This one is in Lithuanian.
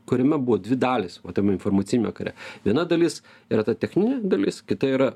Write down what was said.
kuriame buvo dvi dalys va tame informaciniame kare viena dalis yra ta techninė dalis kita yra